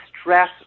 stress